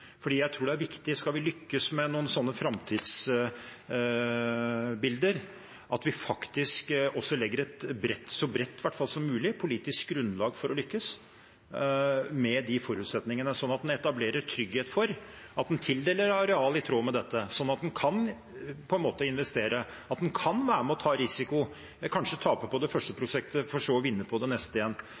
jeg tror at om vi skal lykkes med sånne framtidsbilder, er det viktig at vi faktisk legger et så bredt som mulig politisk grunnlag for å lykkes med de forutsetningene, sånn at en etablerer trygghet for at en tildeler areal i tråd med dette, og sånn at en på en måte kan investere, at en kan være med og ta risiko – kanskje tape på det første prosjektet for så å vinne på det neste.